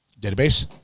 database